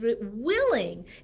willing